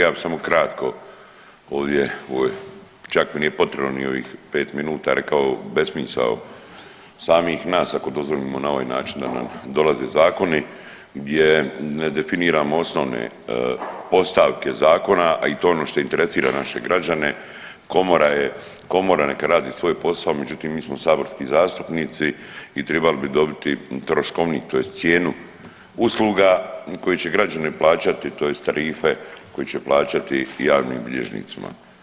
Ja bih samo kratko ovdje, čak mi nije potrebno ni ovih pet minuta rekao besmisao samih nas ako dozvolimo na ovaj način da nam dolaze zakone gdje ne definiramo osnovne postavke zakona, a i to je ono što interesira naše građane, komora neka radi svoj posao, međutim mi smo saborski zastupnici i tribali bi dobiti troškovnik tj. cijenu usluga koje će građani plaćati tj. tarife koje će plaćati javnim bilježnicima.